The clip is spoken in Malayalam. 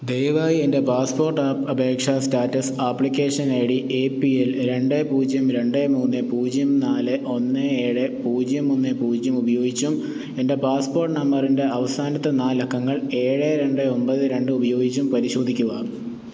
ദയവായി എൻ്റെ പാസ്പോർട്ട് അപേക്ഷാ status application I D A P L രണ്ട് പൂജ്യം രണ്ട് മൂന്ന് പൂജ്യം നാല് ഒന്ന് ഏഴ് പൂജ്യം ഒന്ന് പൂജ്യം ഉപയോഗിച്ചും എൻ്റെ പാസ്പോർട്ട് നമ്പറിൻ്റെ അവസാനത്തെ നാല് അക്കങ്ങൾ ഏഴ് രണ്ട് ഒമ്പത് രണ്ട് ഉപയോഗിച്ചും പരിശോധിക്കുക